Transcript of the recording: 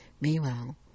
Meanwhile